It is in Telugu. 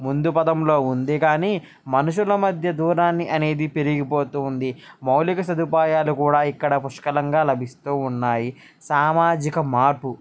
ముందు పదంలో ఉంది కానీ మనుషుల మధ్య దూరాన్ని అనేది పెరిగిపోతూ ఉంది మౌలిక సదుపాయాలు కూడా ఇక్కడ పుష్కలంగా లభిస్తూ ఉన్నాయి సామాజిక మార్పు